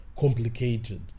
complicated